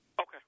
Okay